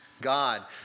God